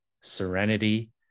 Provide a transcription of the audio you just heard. serenity